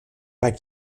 pas